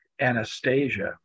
Anastasia